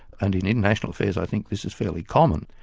and in international affairs, i think this is fairly common,